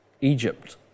Egypt